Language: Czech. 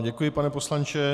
Děkuji vám, pane poslanče.